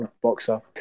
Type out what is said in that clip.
boxer